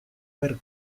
per